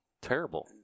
terrible